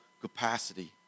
capacity